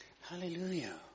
Hallelujah